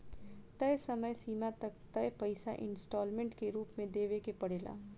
तय समय सीमा तक तय पइसा इंस्टॉलमेंट के रूप में देवे के पड़ेला